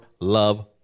love